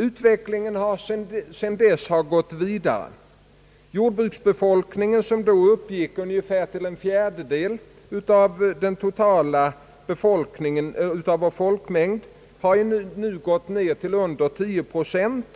Utvecklingen har gått vidare sedan dess. Jordbruksbefolkningen som då uppgick till ungefär en fjärdedel av vår folkmängd har nu gått ned till under 10 procent.